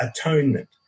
atonement